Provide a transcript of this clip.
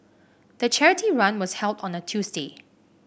the charity run was held on a Tuesday